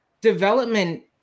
development